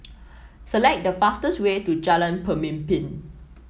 select the fastest way to Jalan Pemimpin